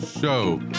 Show